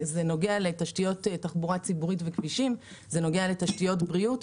זה נוגע לתשתיות תחבורה ציבורית וכבישים, לבריאות.